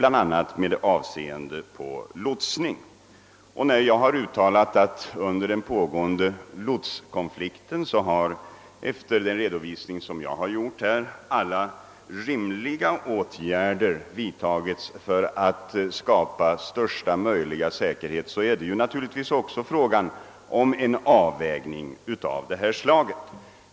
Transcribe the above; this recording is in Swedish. När jag efter den redovisning jag har lämnat för läget under lotskonflikten säger, att man har vidtagit alla rimliga åtgärder för att skapa största möjliga säkerhet, är det naturligtvis också fråga om en avvägning av detta slag.